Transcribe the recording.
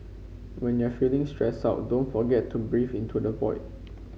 when you are feeling stressed out don't forget to breathe into the void